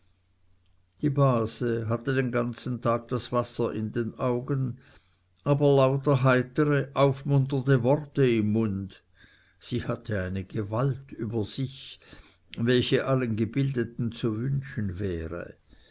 die base hatte den ganzen tag das wasser in den augen aber lauter heitere aufmunternde worte im munde sie hatte eine gewalt über sich welche allen gebildeten zu wünschen wäre